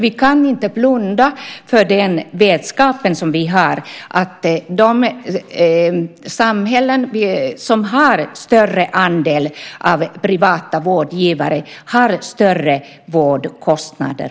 Vi kan inte blunda för den vetskap som vi har att de samhällen som har större andel av privata vårdgivare också har större vårdkostnader.